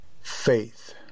faith